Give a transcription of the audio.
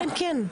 כן, כן.